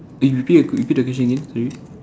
eh repeat repeat the question again sorry